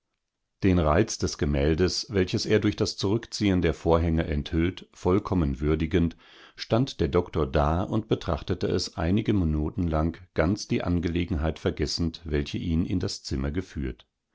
den reiz des gemäldes welches er durch das zurückziehen der vorhänge enthüllt vollkommen würdigend stand der doktor da und betrachtete es einige minuten lang ganz die angelegenheit vergessend welche ihn in das zimmer geführt